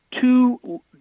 two